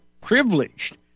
privileged